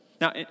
Now